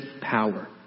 power